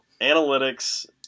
Analytics